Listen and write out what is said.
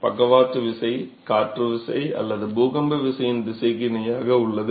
பக்கவாட்டு விசை காற்று விசை அல்லது பூகம்ப விசையின் திசைக்கு இணையாக உள்ளது